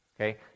Okay